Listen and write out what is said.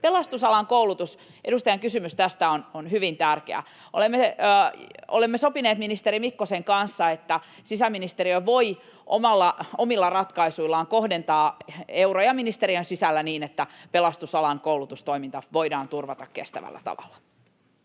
Pelastusalan koulutus: Edustajan kysymys tästä on hyvin tärkeä. Olemme sopineet ministeri Mikkosen kanssa, että sisäministeriö voi omilla ratkaisuillaan kohdentaa euroja ministeriön sisällä niin, että pelastusalan koulutustoiminta voidaan turvata kestävällä tavalla.